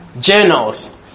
journals